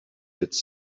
its